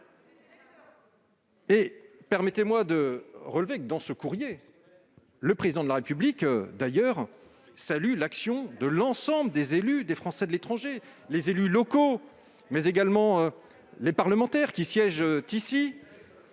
! Permettez-moi de le relever, dans ce courrier, le Président de la République salue l'action de l'ensemble des élus des Français de l'étranger, les élus locaux, mais également les parlementaires qui siègent ici.